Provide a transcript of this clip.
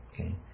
Okay